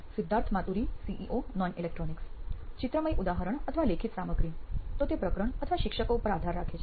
Siddharth Maturi CEO નોઇન electronics ચિત્રમય ઉદાહરણ અથવા લેખિત સામગ્રી તો તે પ્રકરણ અથવા શિક્ષકો ઉપર આધાર રાખે છે